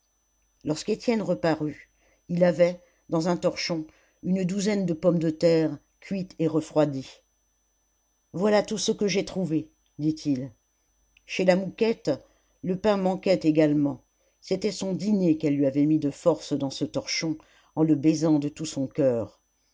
lorsque étienne reparut il avait dans un torchon une douzaine de pommes de terre cuites et refroidies voilà tout ce que j'ai trouvé dit-il chez la mouquette le pain manquait également c'était son dîner qu'elle lui avait mis de force dans ce torchon en le baisant de tout son coeur